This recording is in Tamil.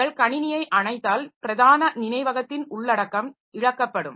நீங்கள் கணினியை அணைத்தால் பிரதான நினைவகத்தின் உள்ளடக்கம் இழக்கப்படும்